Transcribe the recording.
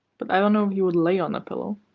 but i don't know if he would lay on the pillow